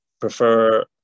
prefer